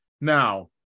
Now